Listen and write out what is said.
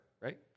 right